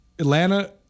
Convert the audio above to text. Atlanta